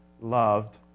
loved